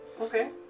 Okay